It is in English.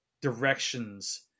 directions